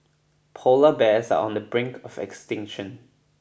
polar bears are on the brink of extinction